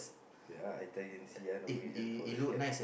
wait ah I type in and see ah norwegian forest cat